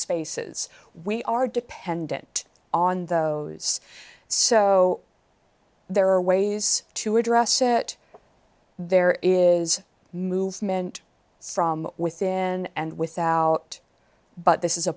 spaces we are dependent on those so there are ways to address it there is movement from within and without but this is a